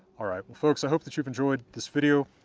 all right. well folks, i hope that you've enjoyed this video.